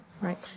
Right